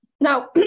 Now